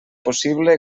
possible